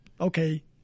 okay